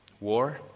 War